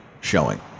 showing